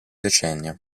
decennio